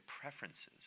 preferences